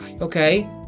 Okay